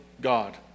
God